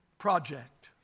Project